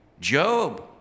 Job